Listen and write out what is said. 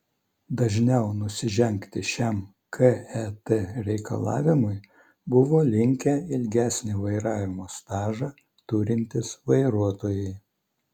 dažniau nusižengti šiam ket reikalavimui buvo linkę ilgesnį vairavimo stažą turintys vairuotojai